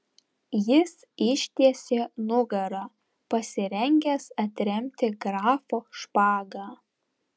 jis ištiesė nugarą pasirengęs atremti grafo špagą